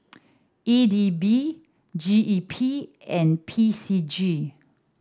E D B G E P and P C G